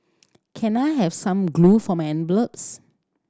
can I have some glue for my envelopes